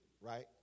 right